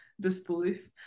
disbelief